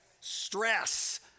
Stress